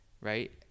right